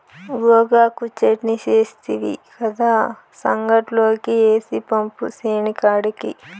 గోగాకు చెట్నీ సేస్తివి కదా, సంగట్లోకి ఏసి పంపు సేనికాడికి